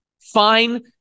Fine